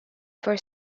for